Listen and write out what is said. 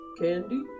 candy